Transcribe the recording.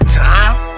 time